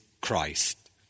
Christ